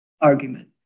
argument